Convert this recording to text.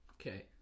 Okay